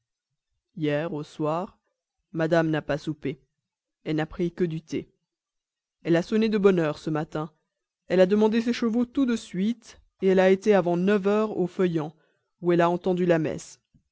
hier au soir madame n'a pas soupé elle n'a pris que du thé elle a sonné de bonne heure ce matin elle a demandé ses chevaux tout de suite elle a été avant neuf heures aux feuillans où elle a entendu la messe